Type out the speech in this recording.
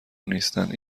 نیستند